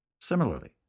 Similarly